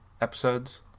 episodes